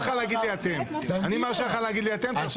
כולם.